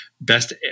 best